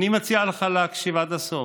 אני מציע לך להקשיב עד הסוף.